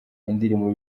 indirimbo